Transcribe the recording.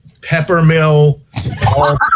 Peppermill